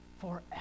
forever